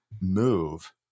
move